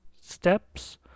steps